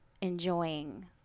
enjoying